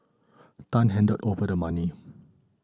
Tan handed over the money